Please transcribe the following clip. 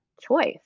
choice